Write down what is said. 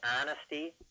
honesty